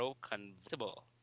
convertible